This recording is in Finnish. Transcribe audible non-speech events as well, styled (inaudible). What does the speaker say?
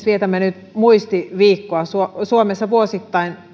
(unintelligible) vietämme nyt muistiviikkoa suomessa suomessa vuosittain